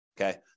okay